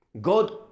God